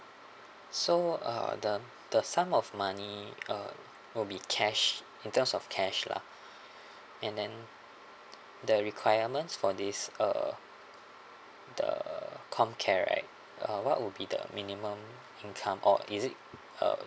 so uh the the sum of money uh will be cash in terms of cash lah and then the requirements for this uh the comm care right uh what would be the minimum income or is it uh